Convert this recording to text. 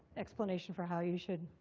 explanation for how you should